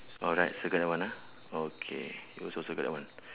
alright circle that one ah okay you also circle that one